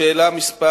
לשאלה מס'